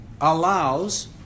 allows